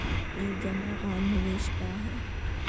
ई जमा आर निवेश का है?